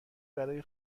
برای